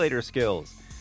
skills